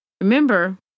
Remember